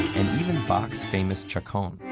and even bach's famous chaconne.